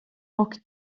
och